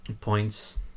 points